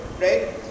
right